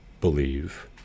believe